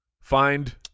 find